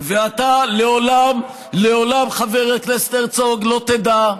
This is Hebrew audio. ואתה לעולם, לעולם, חבר הכנסת הרצוג, לא תדע,